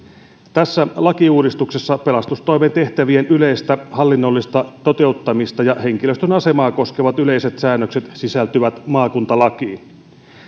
tässä lakiuudistuksessa pelastustoimen tehtävien yleistä hallinnollista toteuttamista ja henkilöstön asemaa koskevat yleiset säännökset sisältyvät maakuntalakiin